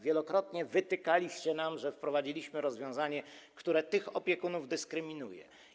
Wielokrotnie wytykaliście nam, że wprowadziliśmy rozwiązanie, które tych opiekunów dyskryminuje.